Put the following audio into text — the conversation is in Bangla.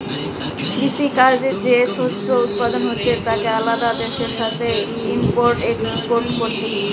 কৃষি কাজে যে শস্য উৎপাদন হচ্ছে তাকে আলাদা দেশের সাথে ইম্পোর্ট এক্সপোর্ট কোরছে